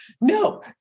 no